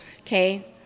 okay